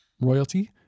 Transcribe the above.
royalty